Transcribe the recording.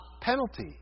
penalty